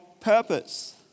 purpose